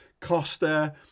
Costa